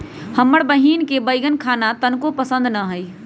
हमर बहिन के बईगन खाना तनको पसंद न हई